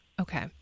Okay